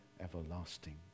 everlasting